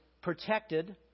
protected